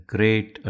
Great